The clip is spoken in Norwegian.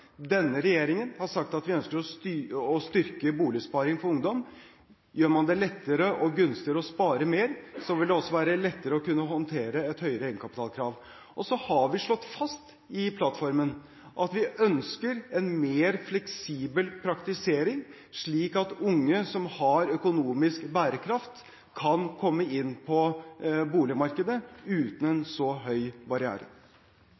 Denne regjeringen har sagt at vi ønsker å styrke Boligsparing for ungdom. Gjør man det lettere og gunstigere å spare mer, vil det også være lettere å kunne håndtere et høyere egenkapitalkrav. Så har vi slått fast i plattformen at vi ønsker en mer fleksibel praktisering, slik at unge som har økonomisk bærekraft, kan komme inn på boligmarkedet uten en så høy barriere.